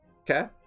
Okay